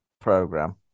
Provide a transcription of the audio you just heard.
program